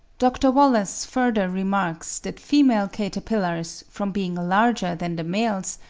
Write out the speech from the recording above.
dr. wallace further remarks that female caterpillars, from being larger than the males,